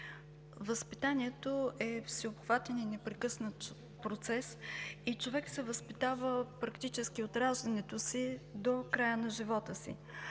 Възпитанието е всеобхватен и непрекъснат процес и човек се възпитава практически от раждането си до края на живота си,